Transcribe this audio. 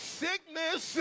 sickness